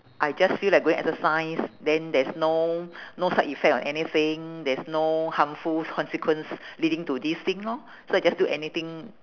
I just feel like going exercise then there's no no side effect or anything there's no harmful consequence leading to this thing lor so I just do anything